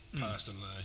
personally